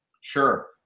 Sure